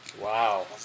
Wow